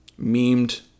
memed